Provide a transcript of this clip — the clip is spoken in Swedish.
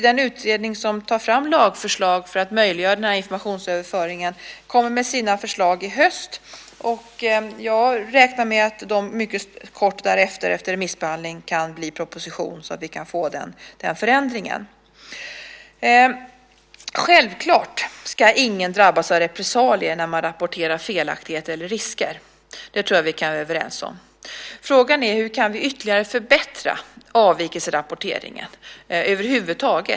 Den utredning som tar fram lagförslag för att möjliggöra informationsöverföringen kommer med sina förslag i höst. Jag räknar med att de mycket kort därefter, efter remissbehandling, kan bli proposition så att vi kan få den förändringen. Självklart ska ingen drabbas av repressalier när man rapporterar felaktigheter eller risker. Det tror jag att vi kan vara överens om. Frågan är: Hur kan vi ytterligare förbättra avvikelserapporteringen över huvud taget?